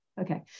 Okay